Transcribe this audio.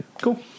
Cool